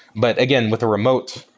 but again, with a remote,